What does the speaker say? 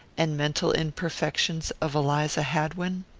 and mental imperfections of eliza hadwin?